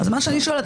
מה שאני שואלת,